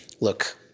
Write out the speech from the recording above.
look